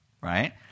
right